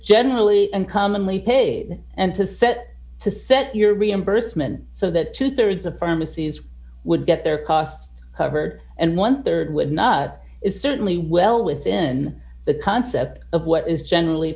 generally and commonly paid and to set to set your reimbursement so that two thirds of pharmacies would get their costs covered and one dollar rd would not is certainly well within the concept of what is generally